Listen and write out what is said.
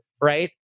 right